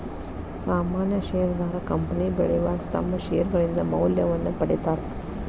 ಸಾಮಾನ್ಯ ಷೇರದಾರ ಕಂಪನಿ ಬೆಳಿವಾಗ ತಮ್ಮ್ ಷೇರ್ಗಳಿಂದ ಮೌಲ್ಯವನ್ನ ಪಡೇತಾರ